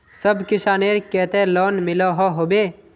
सब किसानेर केते लोन मिलोहो होबे?